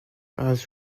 has